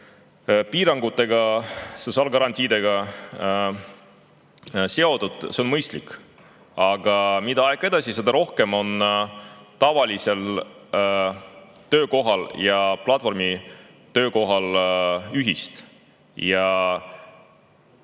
piirangute ja sotsiaalgarantiidega seotud, on mõistlik. Aga mida aeg edasi, seda rohkem on tavalisel töökohal ja platvormitöökohal ühist.